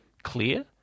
clear